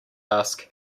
ask